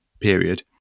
period